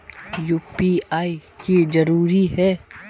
UPI की जरूरी है?